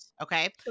Okay